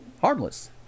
harmless